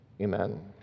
Amen